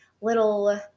little